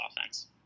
offense